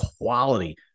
quality